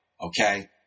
Okay